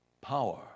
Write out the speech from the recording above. power